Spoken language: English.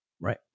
Right